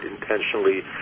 intentionally